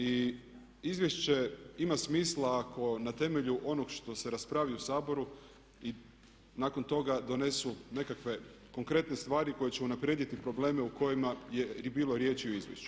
I izvješće ima smisla ako na temelju onog što se raspravi u Saboru i nakon toga donesu nekakve konkretne stvari koje će unaprijediti probleme u kojima je i bilo riječi u izvješću.